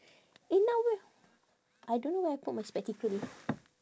eh now where I don't know where I put my spectacle